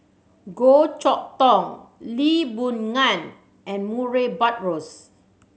Goh Chok Tong Lee Boon Ngan and Murray Buttrose